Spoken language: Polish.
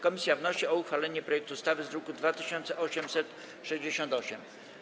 Komisja wnosi o uchwalenie projektu ustawy z druku nr 2868.